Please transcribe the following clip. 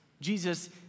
jesus